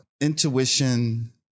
intuition